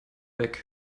weg